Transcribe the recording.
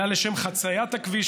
אלא לשם חציית הכביש,